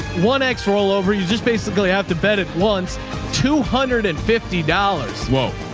one x roll over. you just basically have to bet at once two hundred and fifty dollars. whoa.